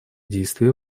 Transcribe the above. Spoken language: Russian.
действия